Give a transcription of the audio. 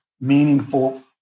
meaningful